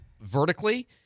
vertically